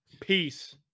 Peace